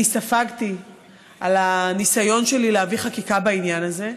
ספגתי על הניסיון שלי להביא חקיקה בעניין הזה.